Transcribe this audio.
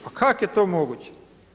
Pa kako je to moguće?